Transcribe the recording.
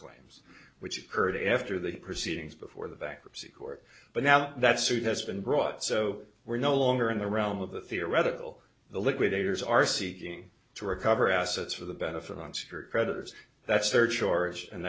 claims which occurred after the proceedings before the bankruptcy court but now that suit has been brought so we're no longer in the realm of the theoretical the liquidators are seeking to recover assets for the benefit of unsecured creditors that's surcharge and